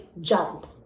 jump